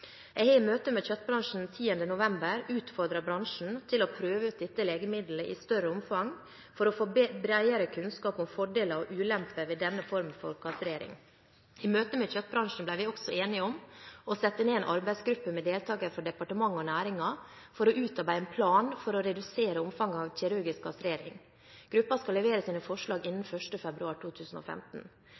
Jeg har i møte med kjøttbransjen 10. november utfordret bransjen til å prøve ut dette legemiddelet i større omfang for å få bredere kunnskap om fordeler og ulemper ved denne formen for kastrering. I møtet med kjøttbransjen ble vi også enige om å sette ned en arbeidsgruppe med deltakere fra departementet og næringen for å utarbeide en plan for å redusere omfanget av kirurgisk kastrering. Gruppen skal levere sine forslag innen 1. februar 2015.